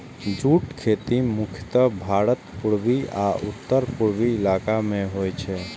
जूटक खेती मुख्यतः भारतक पूर्वी आ उत्तर पूर्वी इलाका मे होइ छै